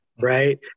Right